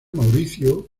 mauricio